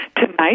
Tonight